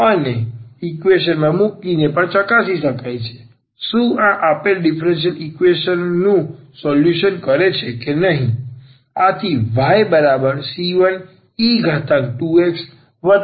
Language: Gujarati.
આને ઈક્વેશન માં મૂકીને પણ ચકાસી શકે છે શું આ આપેલા ડીફરન્સીયલ ઈક્વેશન નું સોલ્યુશન કરે છે કે નહીં